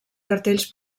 cartells